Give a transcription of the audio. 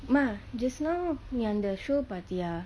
mah just now நீ அந்த:nee antha show பாத்தியா:pathiya